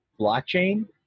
blockchain